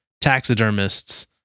taxidermists